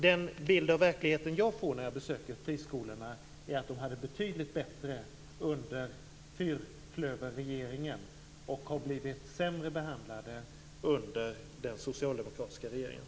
Den bild av verkligheten jag får när jag besöker friskolor är att de hade det betydligt bättre under fyrklöverregeringen och har blivit sämre behandlade under den socialdemokratiska regeringen.